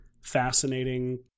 fascinating